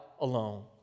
alone